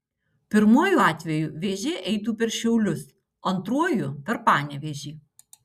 pirmuoju atveju vėžė eitų per šiaulius antruoju per panevėžį